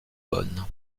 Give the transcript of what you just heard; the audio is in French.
bonnes